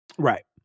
Right